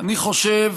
אני חושב